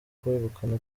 kwegukana